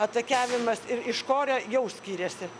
atakiavimas ir iš korio jau skiriasi